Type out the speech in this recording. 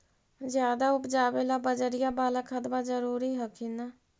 ज्यादा उपजाबे ला बजरिया बाला खदबा जरूरी हखिन न?